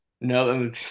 No